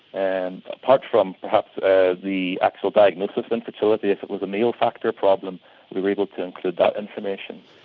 and apart from perhaps the actual diagnosis of infertility, if it was a male factor problem we were able to include that information.